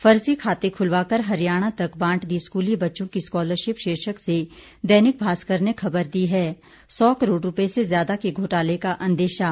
फर्जी खाते खुलवाकर हरियाणा तक बांट दी स्कूली बच्चों की स्कॉलरशिप शीर्षक से दैनिक भास्कर ने खबर दी है सौ करोड़ रूपए से जयादा के घोटाले का अंदेशा